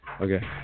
Okay